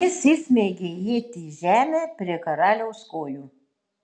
jis įsmeigia ietį į žemę prie karaliaus kojų